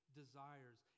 desires